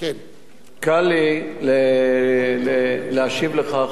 קל לי להשיב לך,